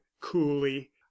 coolly